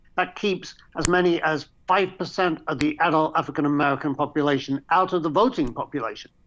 that keeps as many as five percent of the adult african american population out of the voting population,